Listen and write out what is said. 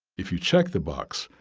if you check the box,